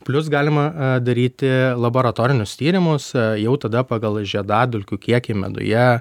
plius galima daryti laboratorinius tyrimus jau tada pagal žiedadulkių kiekį meduje